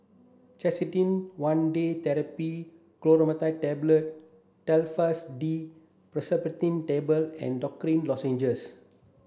Canesten one Day Therapy Clotrimazole Tablet Telfast D Pseudoephrine Tablet and Dorithricin Lozenges